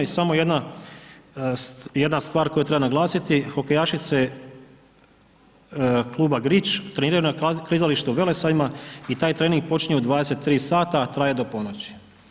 I samo jedna stvar koju treba naglasiti, hokejašice Kluba Grič treniraju na klizalištu Velesajma i taj trening počinje u 23 sata, a traje do ponoći.